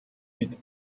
бид